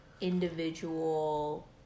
individual